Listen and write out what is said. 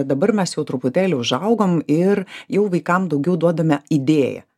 dabar mes jau truputėlį užaugom ir jau vaikam daugiau duodame idėją